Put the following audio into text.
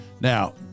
Now